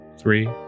three